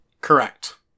Correct